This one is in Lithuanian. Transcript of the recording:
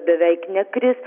beveik nekris